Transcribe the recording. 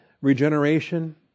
regeneration